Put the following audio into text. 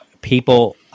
people